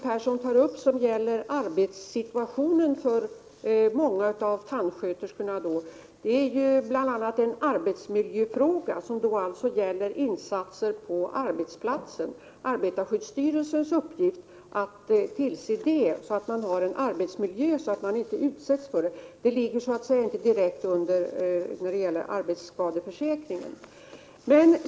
Det hon tar upp som gäller arbetssituationen för många av tandsköterskorna är ju bl.a. en arbetsmiljöfråga, som alltså gäller insatser på arbetsplatsen. Arbetarskyddsstyrelsens uppgift att se till att man har en arbetsmiljö där man inte utsätts för skadliga ämnen ligger så att säga inte direkt under arbetsskadeförsäkringen.